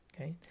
okay